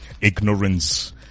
Ignorance